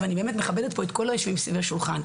ואני באמת מכבדת פה את כל היושבים סביב השולחן,